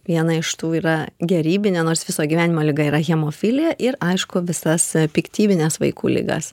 viena iš tų yra gerybinė nors viso gyvenimo liga yra hemofilija ir aišku visas piktybines vaikų ligas